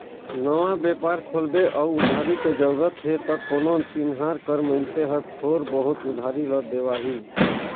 नवा बेपार खोलबे अउ उधारी के जरूरत हे त कोनो चिनहार कर मइनसे हर थोर बहुत उधारी ल देवाही